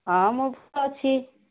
ହଁ ମୁଁ ଭଲ ଅଛି